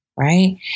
right